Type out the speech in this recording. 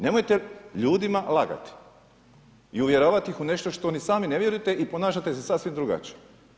Nemojte ljudima lagati i uvjeravati ih u nešto što ni sami ne vjerujete i ponašate se sasvim drugačije.